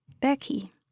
Becky